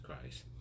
Christ